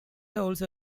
also